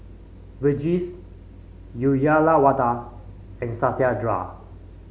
Verghese Uyyalawada and Satyendra